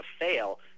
fail